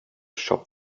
shop